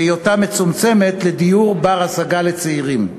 בהיותה מצומצמת לדיור בר-השגה לצעירים.